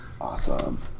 Awesome